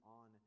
on